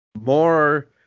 more